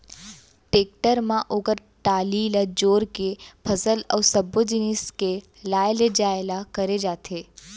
tractor म ओकर trolley ल जोर के फसल अउ सब्बो जिनिस के लाय लेजाय ल करे जाथे